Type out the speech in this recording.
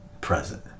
present